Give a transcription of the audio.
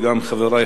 וגם חברי,